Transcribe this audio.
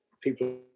People